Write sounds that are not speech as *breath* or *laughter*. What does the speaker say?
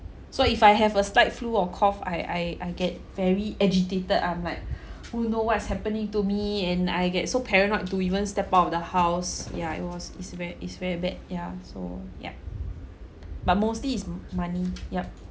so if I have a slight flu or cough I I I get very agitated I'm like *breath* oh no what's happening to me and I get so paranoid to even step out of the house yeah it was it's very it's very bad yeah so yup but mostly is money yup